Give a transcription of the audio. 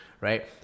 Right